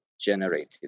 generated